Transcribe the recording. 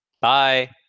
Bye